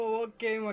okay